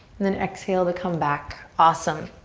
then exhale to come back. awesome.